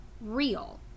real